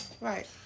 Right